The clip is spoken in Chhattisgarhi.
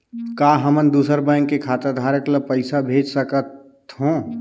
का हमन दूसर बैंक के खाताधरक ल पइसा भेज सकथ हों?